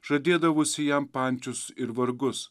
žadėdavusi jam pančius ir vargus